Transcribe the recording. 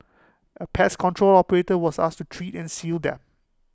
A pest control operator was asked to treat and seal them